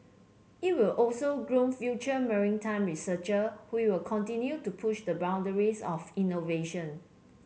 it will also groom future maritime researcher who will continue to push the boundaries of innovation